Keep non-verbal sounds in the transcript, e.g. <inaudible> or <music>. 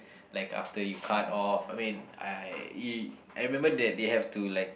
like after you cut off I mean I <noise> I remember that they have to like